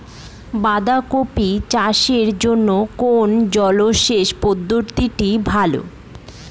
বাঁধাকপি চাষের জন্য কোন জলসেচ পদ্ধতিটি ভালো?